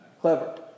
Clever